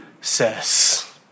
says